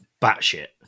batshit